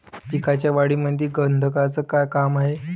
पिकाच्या वाढीमंदी गंधकाचं का काम हाये?